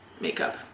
makeup